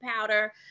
powder